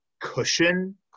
cushion